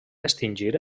extingir